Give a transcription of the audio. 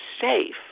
safe